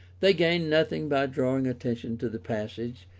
they gained nothing by drawing attention to the passage,